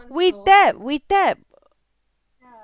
we tap we tap